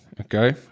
Okay